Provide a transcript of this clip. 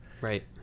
Right